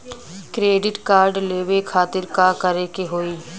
Credit card लेवे खातिर का करे के होई?